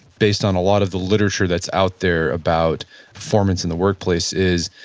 based on a lot of the literature that's out there about performance in the workplace, is,